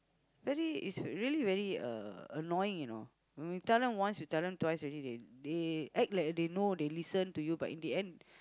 really it's really very uh annoying you know you tell them once you tell them twice ready they they act like they know they listen to you but in the end